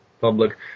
public